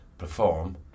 Perform